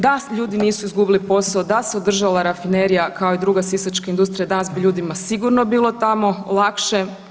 Da ljudi nisu izgubili posao, da se održala Rafinerija kao i druga sisačka industrija danas bi ljudima sigurno bilo tamo lakše.